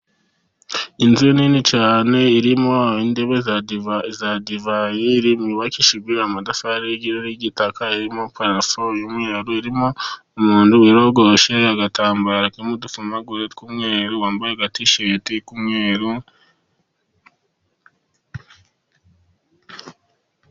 Inzu nini cyane irimo intebe za divayi, yubakishijwe amatafari y'igitaka. Irimo parafo y'umweru, irimo umuntu wiyoroshe agatambaro karimo udupfumagure tw'umweru, wambaye tisheti y'umweru.